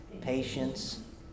patience